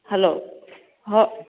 hello ꯍꯣꯏ